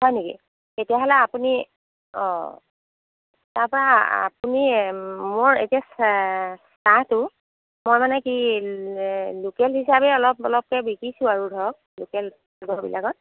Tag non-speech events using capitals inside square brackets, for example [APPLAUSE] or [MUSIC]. হয় নেকি তেতিয়াহ'লে আপুনি অ' তাপা আপুনি মোৰ এতিয়া চা চাহটো মই মানে কি লোকেল হিচাপে অলপ অলপকে বিকিছো আৰু ধৰক লোকেল [UNINTELLIGIBLE] বিলাকত